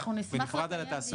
ודיון נפרד על התעסוקה.